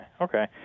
okay